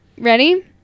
ready